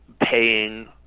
paying